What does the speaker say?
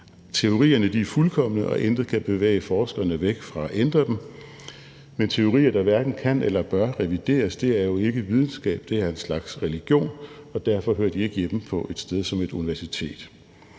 Teorierne er fuldkomne, og intet kan bevæge forskerne væk fra ikke at ændre dem, men teorier, der hverken kan eller bør revideres, er jo ikke videnskab; det er en slags religion, og derfor hører de ikke hjemme på et sted som et universitet.